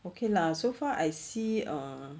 okay lah so far I see err